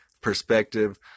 Perspective